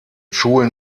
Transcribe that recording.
schulen